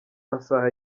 masaha